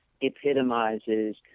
epitomizes